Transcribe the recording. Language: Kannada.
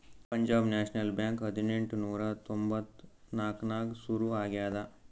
ಪಂಜಾಬ್ ನ್ಯಾಷನಲ್ ಬ್ಯಾಂಕ್ ಹದಿನೆಂಟ್ ನೂರಾ ತೊಂಬತ್ತ್ ನಾಕ್ನಾಗ್ ಸುರು ಆಗ್ಯಾದ